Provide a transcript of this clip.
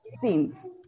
scenes